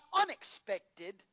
unexpected